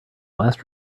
last